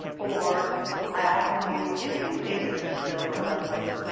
or i often use iste standards to build my lessons.